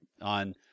on